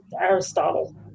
Aristotle